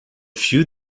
few